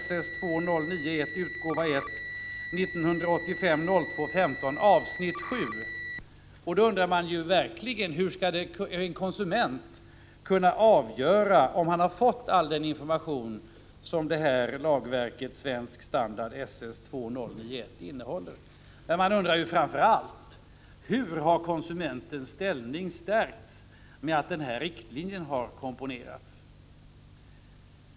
Man undrar verkligen: Hur skall en konsument kunna avgöra om han har fått all den information som Svensk Standard SS 2091 innehåller? Men framför allt undrar man: Hur har konsumentens ställning stärkts genom att denna riktlinje har utfärdats?